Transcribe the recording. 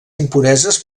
impureses